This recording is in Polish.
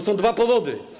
Są dwa powody.